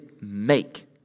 make